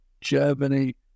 Germany